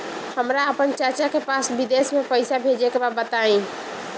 हमरा आपन चाचा के पास विदेश में पइसा भेजे के बा बताई